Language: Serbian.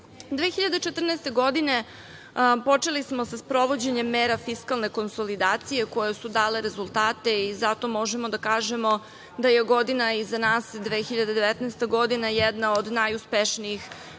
2014. počeli smo sa sprovođenjem mera fiskalne konsolidacije koje su dale rezultate i zato možemo da kažemo da je godina iza nas, 2019. godina jedna od najuspešnijih